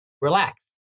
relax